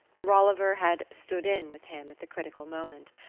rolliver had stood in with him at the critical moment,